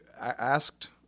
asked